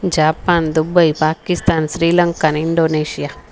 Japan Dubai Pakistan Sri Lankan Indonesia